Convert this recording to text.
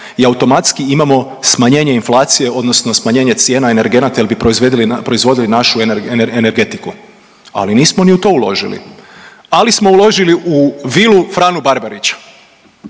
i automatski imamo smanjenje inflacije odnosno smanjenje cijena energenata jer bi proizvodili našu energetiku, ali nismo ni u to uložili, ali smo uložili u vilu Franu Barbarića.